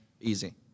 easy